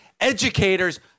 educators –